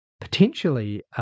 potentially